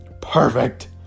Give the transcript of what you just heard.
Perfect